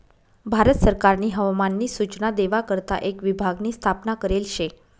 भारत सरकारनी हवामान नी सूचना देवा करता एक विभाग नी स्थापना करेल शे